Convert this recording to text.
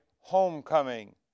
homecoming